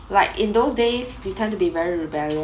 like in those days you tend to be very rebellious